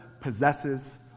possesses